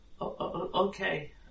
okay